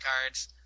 cards